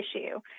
issue